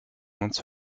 once